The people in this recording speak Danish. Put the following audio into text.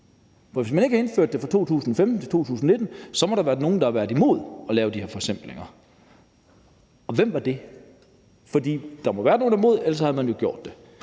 når man ikke indførte det fra 2015 til 2019, må der have været nogle, der var imod at lave de her forsimplinger – og hvem var det? For der må have været nogle, der var imod. Ellers havde man jo gjort det.